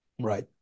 Right